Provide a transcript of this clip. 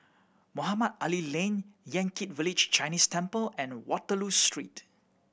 Mohamed Ali Lane Yan Kit Village Chinese Temple and Waterloo Street